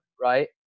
Right